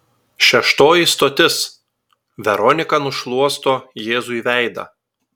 šeštoji stotis veronika nušluosto jėzui veidą